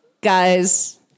guys